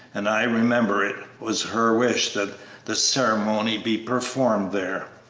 and i remember it was her wish that the ceremony be performed there.